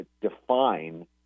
define